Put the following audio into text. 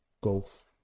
golf